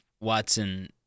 Watson